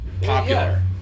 popular